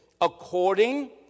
According